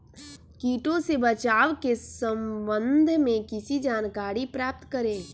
किटो से बचाव के सम्वन्ध में किसी जानकारी प्राप्त करें?